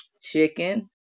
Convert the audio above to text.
chicken